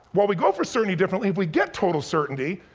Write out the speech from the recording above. while we go for certainty differently, if we get total certainty,